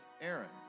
aaron